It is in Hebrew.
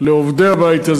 לעובדי הבית,